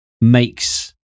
makes